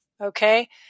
Okay